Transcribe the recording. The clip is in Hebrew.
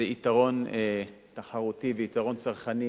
זה יתרון תחרותי ויתרון צרכני